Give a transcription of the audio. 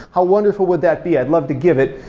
how wonderful would that be? i'd love to give it,